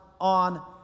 on